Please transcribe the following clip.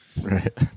right